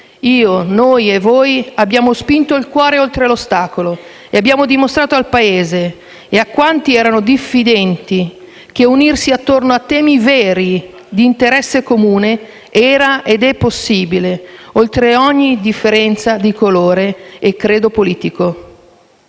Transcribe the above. Io, noi e voi abbiamo spinto il cuore oltre l'ostacolo e abbiamo dimostrato al Paese, e a quanti erano diffidenti, che unirsi attorno a temi veri, di interesse comune, era ed è possibile, oltre ogni differenza di colore e credo politico.